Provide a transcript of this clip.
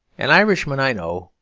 an irishman i know,